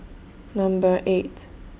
Number eight